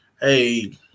hey